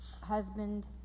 husband